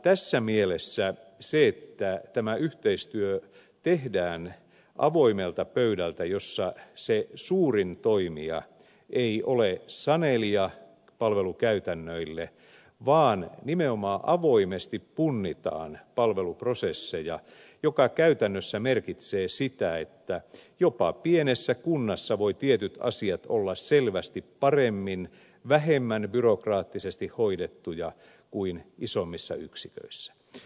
tässä mielessä on tärkeätä että tämä yhteistyö tehdään avoimelta pöydältä ja se suurin toimija ei ole sanelija palvelukäytännöille vaan nimenomaan avoimesti punnitaan palveluprosesseja mikä käytännössä merkitsee sitä että jopa pienessä kunnassa voivat tietyt asiat olla selvästi paremmin vähemmän byrokraattisesti hoidettuja kuin isommissa yksiköissä